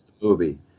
movie